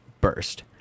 burst